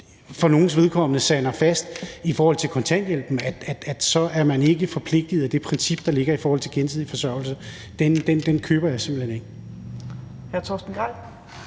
for nogles vedkommende, sander fast i kontanthjælpen, er man ikke forpligtet af det princip, der ligger i forhold til gensidig forsørgelse. Den køber jeg simpelt hen ikke.